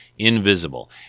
invisible